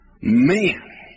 Man